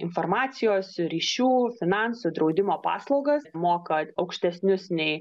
informacijos ryšių finansų draudimo paslaugas moka aukštesnius nei